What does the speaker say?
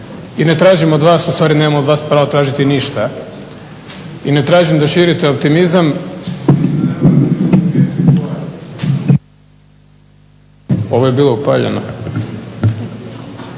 I ne tražim od vas, u stvari nemam od vas pravo tražiti ništa, i ne tražim da širite optimizam. …/Govornik isključen,